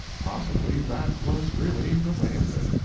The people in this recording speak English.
possibly that was really the way of it.